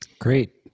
Great